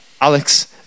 Alex